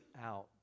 out